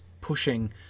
pushing